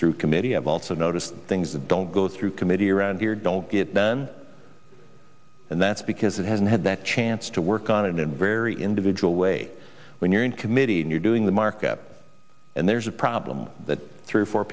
through committee i've also noticed things that don't go through committee around here don't get done and that's because it hasn't had that chance to work on it in very individual way when you're in committee and you're doing the markup and there's a problem that three or four